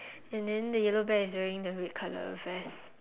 and then the yellow bear is wearing the red color vest